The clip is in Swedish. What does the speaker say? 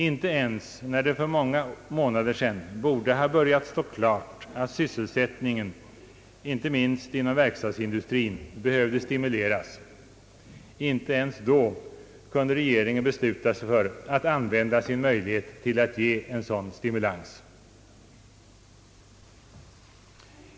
Inte ens när det för många månader sedan stod klart eller borde ha börjat stå klart att sysselsättningen — inte minst inom verkstadsindustrin — behövde stimuleras, kunde regeringen besluta sig för att använda sin möjlighet att ge en sådan stimulans.